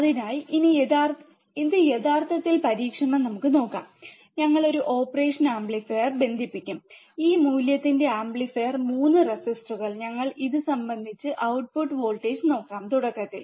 അതിനാൽ ഇത് യഥാർത്ഥത്തിൽ പരീക്ഷണത്തിൽ നമുക്ക് നോക്കാം ഞങ്ങൾ ഒരു ഓപ്പറേഷൻ ആംപ്ലിഫയർ ബന്ധിപ്പിക്കും ഈ മൂല്യത്തിന്റെ ആംപ്ലിഫയർ 3 റെസിസ്റ്ററുകൾ ഞങ്ങൾ ഇത് ബന്ധിപ്പിച്ച് ഔട്ട്പുട്ട് വോൾട്ടേജ് നോക്കാം തുടക്കത്തിൽ